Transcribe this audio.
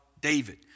David